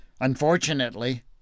Unfortunately